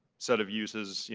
set of uses.